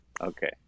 Okay